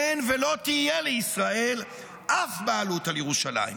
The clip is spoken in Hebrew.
אין, ולא תהיה, לישראל אף בעלות על ירושלים.